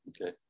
Okay